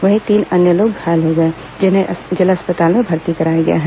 वहीं तीन अन्य लोग घायल हो गए हैं जिन्हें जिला अस्पताल में भर्ती कराया गया है